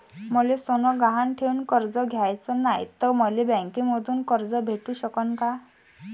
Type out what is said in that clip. मले सोनं गहान ठेवून कर्ज घ्याचं नाय, त मले बँकेमधून कर्ज भेटू शकन का?